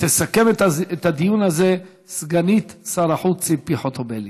תסכם את הדיון הזה סגנית שר החוץ ציפי חוטובלי.